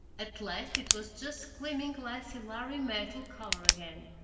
at last it was just gleaming glassy lhari-metal color again.